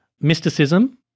Mysticism